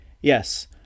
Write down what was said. Yes